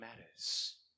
matters